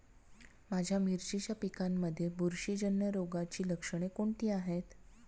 माझ्या मिरचीच्या पिकांमध्ये बुरशीजन्य रोगाची लक्षणे कोणती आहेत?